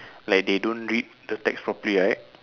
like they don't read the tags properly right